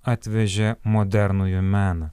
atvežė modernųjį meną